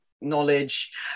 knowledge